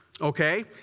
okay